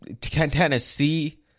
Tennessee